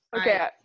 Okay